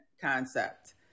concept